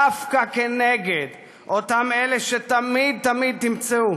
דווקא כנגד אותם אלה שתמיד תמיד תמצאו